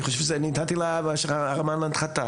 אני חושב שנתתי לאמן הנחתה.